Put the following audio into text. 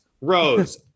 Rose